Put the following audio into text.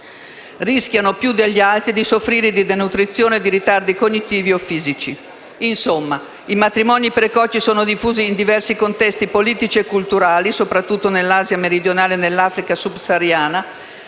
rischiano più degli altri di soffrire di denutrizione e di ritardi cognitivi o fisici. I matrimoni precoci sono diffusi in diversi contesti politici e culturali, soprattutto nell'Asia meridionale e nell'Africa subsahariana;